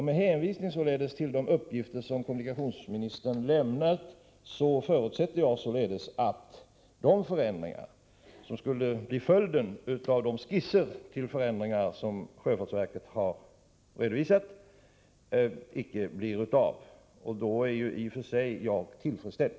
Med hänvisning till de uppgifter som kommunikationsministern lämnat förutsätter jag således att de förändringar som skulle bli följden av de skisser till omorganisation som sjöfartsverket har redovisat icke blir av. Då är jag i och för sig tillfredsställd.